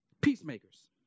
Peacemakers